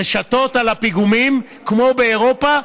רשתות על הפיגומים, כמו באירופה,